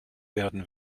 werden